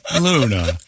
Luna